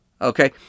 Okay